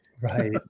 right